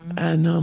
and um